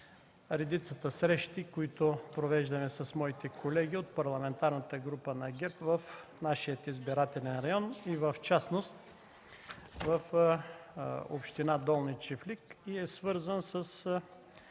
редицата срещи, които провеждаме с моите колеги от Парламентарната група на ГЕРБ в нашия избирателен район, и в частност в община Долни чифлик, и е свързан с